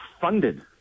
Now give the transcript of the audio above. funded